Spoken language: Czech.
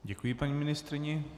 Děkuji paní ministryni.